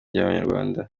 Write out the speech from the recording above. bw’abanyarwanda